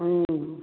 ꯎꯝ